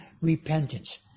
repentance